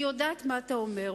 אני יודעת מה אתה אומר.